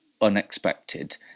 unexpected